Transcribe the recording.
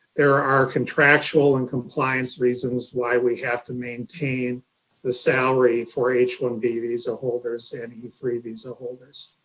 there are contractual and compliance reasons why we have to maintain the salary for h one b visa holders and e three visa holders.